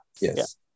Yes